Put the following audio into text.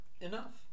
enough